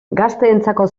gazteentzako